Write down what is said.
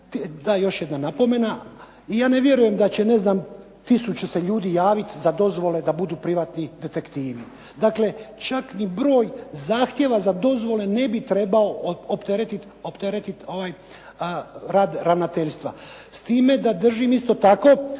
da još jedna napomena. I ja ne vjerujem da će ne znam tisuće se ljudi javiti za dozvole da budu privatni detektivi. Dakle, čak ni broj zahtjeva za dozvole ne bi trebao opteretiti ovaj rad ravnateljstva, s time da držim isto tako